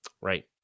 Right